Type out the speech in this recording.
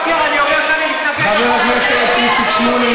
חבר הכנסת איציק שמולי,